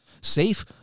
Safe